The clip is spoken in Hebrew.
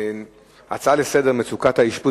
ההצעות לסדר-היום על מצוקת האשפוז